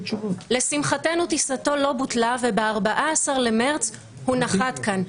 לשמחתנו טיסתו לא בוטלה וב-14 במארס הוא נחת כאן.